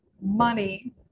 money